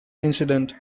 incident